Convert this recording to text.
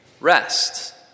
rest